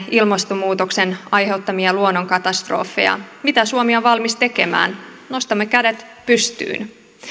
ilmastonmuutoksen aiheuttamia luonnonkatastrofeja mitä suomi on valmis tekemään nostamme kädet pystyyn